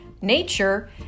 nature